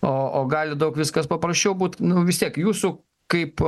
o gali daug viskas paprasčiau būt nu vis tiek jūsų kaip